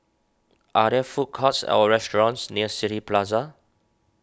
are there food courts or restaurants near City Plaza